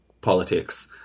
politics